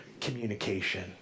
communication